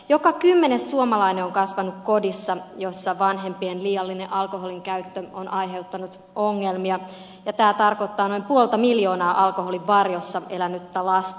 joka kymmenes suomalainen on kasvanut kodissa jossa vanhempien liiallinen alkoholinkäyttö on aiheuttanut ongelmia ja tämä tarkoittaa noin puolta miljoonaa alkoholin varjossa elänyttä lasta